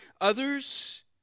others